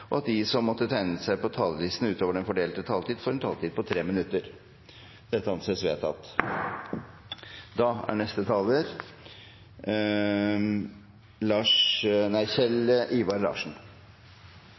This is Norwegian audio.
og at de som måtte tegne seg på talerlisten utover den fordelte taletid, får en taletid på inntil 3 minutter. – Det anses vedtatt.